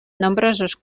nombrosos